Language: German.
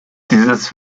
dieses